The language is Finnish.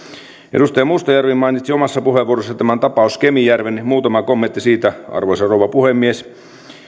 edustaja mustajärvi mainitsi omassa puheenvuorossaan tämän tapaus kemijärven muutama kommentti siitä arvoisa rouva puhemies